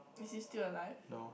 is he still alive